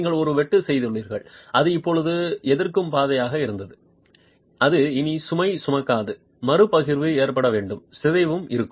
நீங்கள் ஒரு வெட்டு செய்துள்ளீர்கள் அது இப்போது எதிர்க்கும் பாதையாக இருந்தது அது இனி சுமை சுமக்காது மறுபகிர்வு ஏற்பட வேண்டும் சிதைவும் இருக்கும்